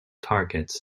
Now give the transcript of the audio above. targets